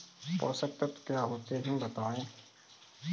पोषक तत्व क्या होते हैं बताएँ?